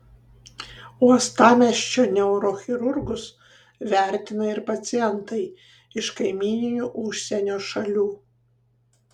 uostamiesčio neurochirurgus vertina ir pacientai iš kaimyninių užsienio šalių